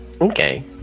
Okay